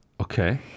Okay